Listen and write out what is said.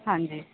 ਹਾਂਜੀ